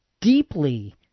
deeply